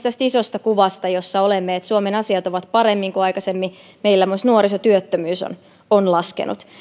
tästä isosta kuvasta jossa olemme että suomen asiat ovat paremmin kuin aikaisemmin meillä myös nuorisotyöttömyys on on laskenut